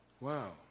Wow